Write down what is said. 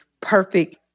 perfect